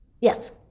Yes